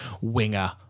winger